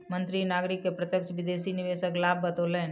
मंत्री नागरिक के प्रत्यक्ष विदेशी निवेशक लाभ बतौलैन